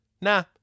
nah